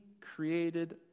created